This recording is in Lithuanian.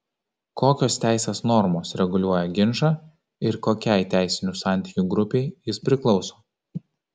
kokios teisės normos reguliuoja ginčą ir kokiai teisinių santykių grupei jis priklauso